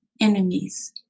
enemies